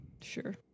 Sure